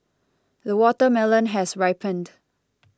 the watermelon has ripened